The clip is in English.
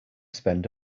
spend